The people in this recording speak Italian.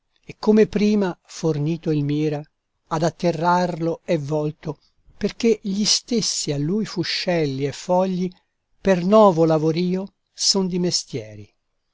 e come prima fornito il mira ad atterrarlo è volto perché gli stessi a lui fuscelli e fogli per novo lavorio son di mestieri